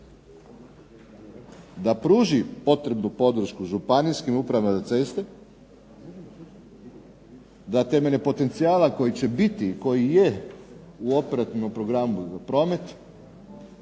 da pruži potrebnu podršku županijskim upravama za ceste, da temeljem potencijala koji će biti i koji je u operativnom programu za promet